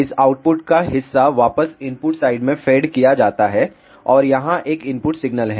इस आउटपुट का हिस्सा वापस इनपुट साइड में फेड किया जाता है और यहां एक इनपुट सिग्नल है